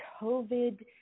COVID